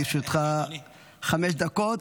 לרשותך חמש דקות.